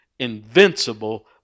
invincible